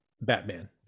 Batman